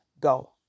go